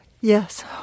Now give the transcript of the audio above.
Yes